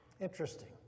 Interesting